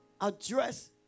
address